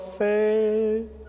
faith